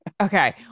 okay